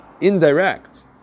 indirect